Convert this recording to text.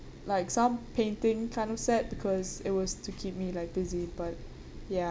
like some painting kind of set because it was to keep me like busy but ya